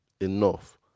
enough